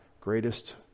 greatest